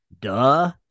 duh